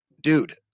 dude